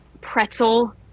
pretzel